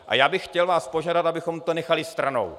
A já bych vás chtěl požádat, abychom to nechali stranou.